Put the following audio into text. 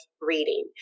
reading